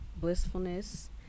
blissfulness